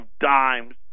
dimes